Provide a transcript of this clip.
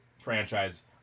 franchise